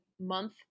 month